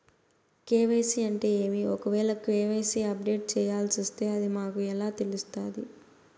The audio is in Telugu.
కె.వై.సి అంటే ఏమి? ఒకవేల కె.వై.సి అప్డేట్ చేయాల్సొస్తే అది మాకు ఎలా తెలుస్తాది?